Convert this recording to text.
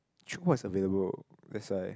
tchoukball is available that's why